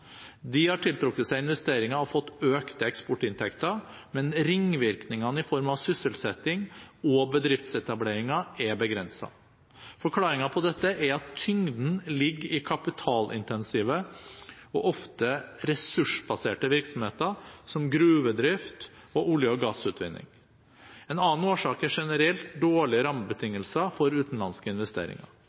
De har tiltrukket seg investeringer og fått økte eksportinntekter, men ringvirkningene i form av sysselsetting og bedriftsetableringer er begrenset. Forklaringen på dette er at tyngden ligger i kapitalintensive og ofte ressursbaserte virksomheter som gruvedrift og olje- og gass-utvinning. En annen årsak er generelt dårlige rammebetingelser for utenlandske investeringer.